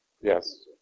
Yes